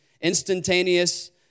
instantaneous